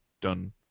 done